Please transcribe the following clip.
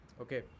Okay